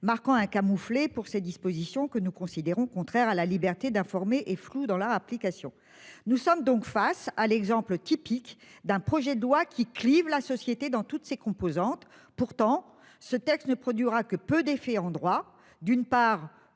marquant un camouflet pour ces dispositions que nous considérons contraire à la liberté d'informer et flou dans la applications. Nous sommes donc face à l'exemple typique d'un projet de loi qui clive la société dans toutes ses composantes. Pourtant, ce texte ne produira que peu d'effet en droit, d'une part